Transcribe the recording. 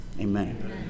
Amen